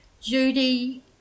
Judy